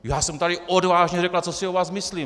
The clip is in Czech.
Já jsem tady odvážně řekla, co si o vás myslím.